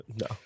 No